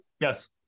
Yes